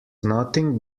nothing